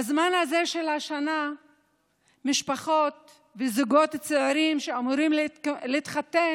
בזמן הזה של השנה משפחות וזוגות צעירים שאמורים להתחתן